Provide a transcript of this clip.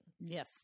yes